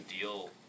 deal